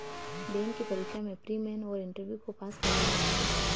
bank की परीक्षा में प्री, मेन और इंटरव्यू को पास करना होता है